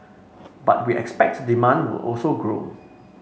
but we expect demand will also grow